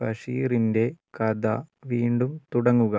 ബഷീറിന്റെ കഥ വീണ്ടും തുടങ്ങുക